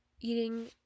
eating